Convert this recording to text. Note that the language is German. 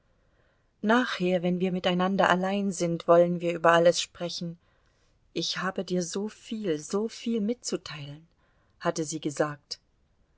nachher wenn wir miteinander allein sind wollen wir über alles sprechen ich habe dir so viel so viel mitzuteilen hatte sie gesagt